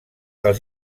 dels